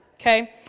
Okay